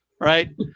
right